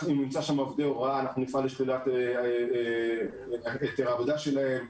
אם נמצא שם עובדי הוראה אנחנו נפעל לשלילת היתר העבודה שלהם,